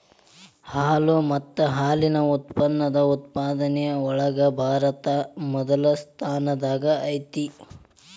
ಹಾಲು ಮತ್ತ ಹಾಲಿನ ಉತ್ಪನ್ನದ ಉತ್ಪಾದನೆ ಒಳಗ ಭಾರತಾ ಮೊದಲ ಸ್ಥಾನದಾಗ ಐತಿ